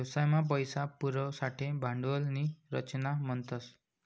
व्यवसाय मा पैसा पुरवासाठे भांडवल नी रचना म्हणतस